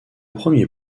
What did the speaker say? premier